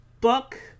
book